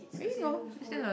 cause it looks good